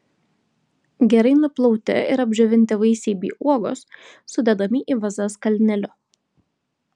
gerai nuplauti ir apdžiovinti vaisiai bei uogos sudedami į vazas kalneliu